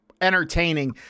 entertaining